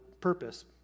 purpose